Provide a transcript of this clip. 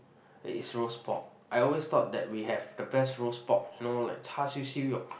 is roast pork I always thought that we have the best roast pork you know like char-siew siew-yoke